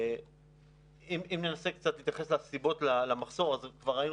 אם נתייחס לסיבות למחסור, אז כבר ראינו